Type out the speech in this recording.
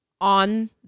on